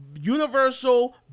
universal